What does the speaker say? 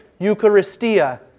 Eucharistia